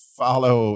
follow